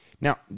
now